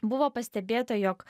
buvo pastebėta jog